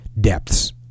depths